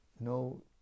no